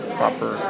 proper